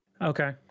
Okay